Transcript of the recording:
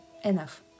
Enough